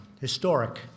historic